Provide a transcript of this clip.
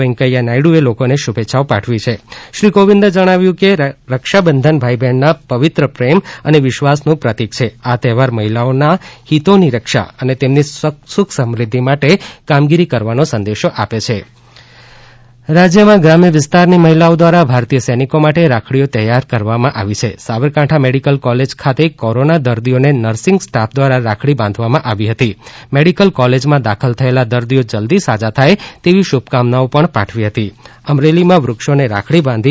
વૈકયા નાયડુએ લોકોને શુભેચ્છાઓ પાઠવી છે શ્રી કોવિંદે જણાવ્યું છે કે રક્ષાબંધન ભાઈ બહેનના પવિત્ર પ્રેમ અને વિશ્વાસનું પ્રતિક છે આ તહેવાર મહિલાઓના હિતોની રક્ષા અને તેમની સુખ સમુદ્ધિ માટે કામગીરી કરવાનો સંદેશો આપે છે રાજ્યમાં ગ્રામ્ય વિસ્તારની મહિલાઓ દ્વારા ભારતીય સૈનિકો માટે રાખડીઓ તૈયાર કરવામાં આવી છે સાબંરકાંઠા મેડિકલ કૉલેજ ખાતે કોરોના દર્દીઓને નર્સિંગ સ્ટાફ દ્વારા રાખડી બાંધવામાં આવી હતી મેડિકલ કૉલેજમાં દાખલ થયેલા દર્દીઓ જલદી સાજા થાય તેવી શુભકામનાઓ પણ પાઠવી હતી સી